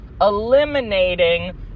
eliminating